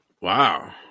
Wow